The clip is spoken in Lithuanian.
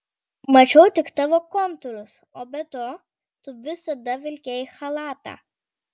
mačiau tik tavo kontūrus o be to tu visada vilkėjai chalatą